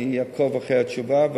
אני אעקוב אחר התשובה,